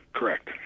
Correct